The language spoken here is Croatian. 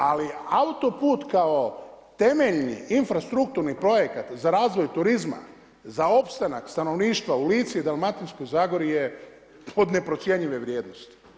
Ali autoput kao temeljni infrastrukturni projekt za razvoj turizma, za opstanak stanovništva u Lici i Dalmatinskoj zagori je od neprocjenjive vrijednosti.